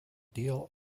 deal